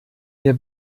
ihr